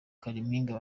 kalimpinya